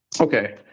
Okay